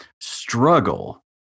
struggle